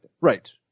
Right